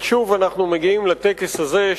שוב אנחנו מגיעים לטקס הזה,